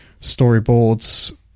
storyboards